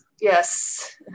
yes